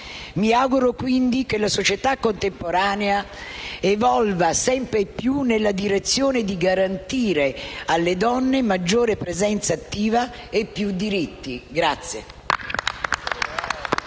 Mi auguro, quindi, che la società contemporanea evolva sempre più nella direzione di garantire alle donne maggiore presenza attiva e più diritti.